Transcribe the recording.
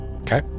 Okay